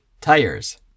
tires